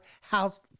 house